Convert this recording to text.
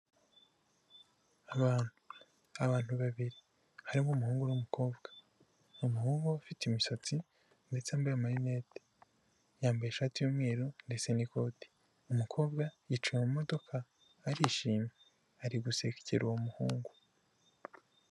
Abantu, abantu babiri harimo umuhungu n'umukobwa, umuhungu ufite imisatsi ndetse yambaye amarinete yambaye ishati y'umweru ndetse n'ikoti, umukobwa yicaye mu modoka arishimye ari gusekera uwo muhungu.